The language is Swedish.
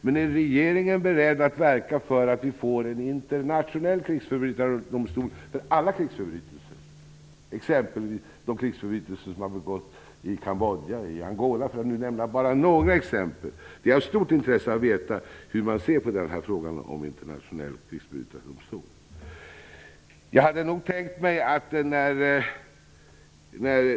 Men är regeringen beredd att verka för en internationell krigsförbrytardomstol för alla krigsförbrytelser, t.ex. de krigsförbrytelser som har begåtts i Cambodja, i Angola -- för att nämna bara några exempel? Det är av stort intresse att få veta hur man ser på frågan om en internationell krigsförbrytardomstol.